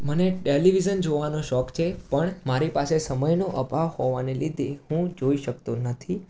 મને ટેલિવિઝન જોવાનો શોખ છે પણ મારી પાસે સમયનો અભાવ હોવાને લીધે હું જોઈ શકતો નથી